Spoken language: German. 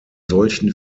solchen